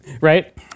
right